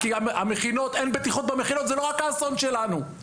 כי אין בטיחות במכינות זה לא רק האסון שלנו;